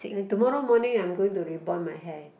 and tomorrow morning I'm going to rebond my hair